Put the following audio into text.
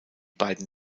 beiden